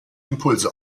impulse